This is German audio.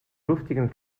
luftigen